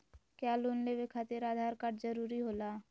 क्या लोन लेवे खातिर आधार कार्ड जरूरी होला?